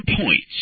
points